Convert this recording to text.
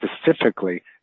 specifically